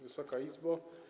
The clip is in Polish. Wysoka Izbo!